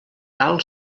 cal